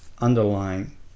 underlying